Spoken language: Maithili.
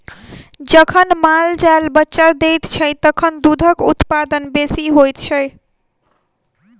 जखन माल जाल बच्चा दैत छै, तखन दूधक उत्पादन बेसी होइत छै